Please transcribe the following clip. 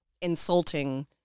insulting